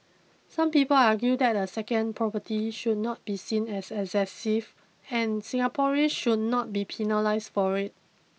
some people argue that a second property should not be seen as excessive and Singaporeans should not be penalised for it